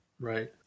Right